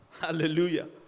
Hallelujah